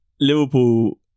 Liverpool